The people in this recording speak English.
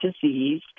disease